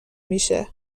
میشه